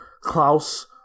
Klaus